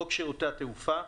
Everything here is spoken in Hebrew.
חוק שירותי התעופה,